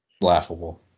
Laughable